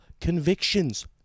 convictions